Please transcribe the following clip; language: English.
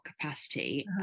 capacity